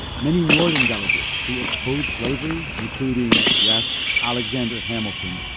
many northern delegates who opposed slavery, including yes alexander hamilton,